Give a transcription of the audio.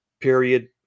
period